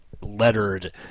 lettered